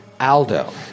Aldo